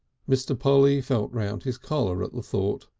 mr. polly felt round his collar at the thought.